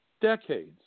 decades